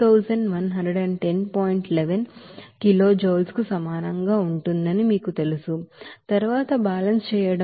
11 kilojoule కు సమానంగా ఉంటుందని మీకు తెలిసిన తరువాత బ్యాలెన్స్ చేయడం